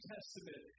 Testament